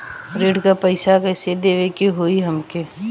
ऋण का पैसा कइसे देवे के होई हमके?